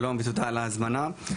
שלום ותודה על ההזמנה.